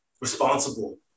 responsible